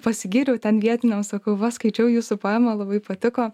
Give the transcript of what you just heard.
pasigyriau ten vietiniams sakau va skaičiau jūsų poemą labai patiko